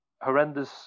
horrendous